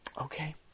okay